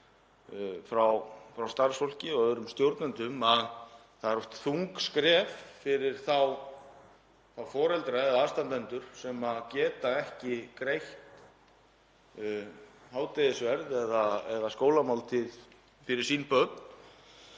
frá starfsfólki og stjórnendum að það eru oft þung skref fyrir þá foreldra eða aðstandendur sem geta ekki greitt hádegisverð eða skólamáltíð fyrir sín börn